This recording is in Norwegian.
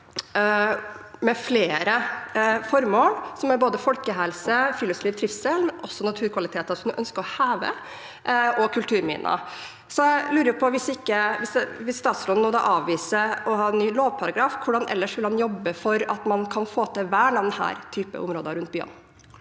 med flere formål, som er både folkehelse, friluftsliv, trivsel, naturkvaliteter som en ønsker å heve, og kulturminner. Jeg lurer på: Hvis statsråden nå avviser å ha en ny lovparagraf, hvordan vil han ellers jobbe for at man kan få til vern av denne typen områder rundt byene?